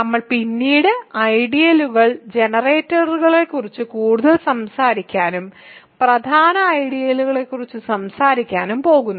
നമ്മൾ പിന്നീട് ഐഡിയലുകൾ ജനറേറ്ററുകളെക്കുറിച്ച് കൂടുതൽ സംസാരിക്കാനും പ്രധാന ഐഡിയലുകളെക്കുറിച്ച് സംസാരിക്കാനും പോകുന്നു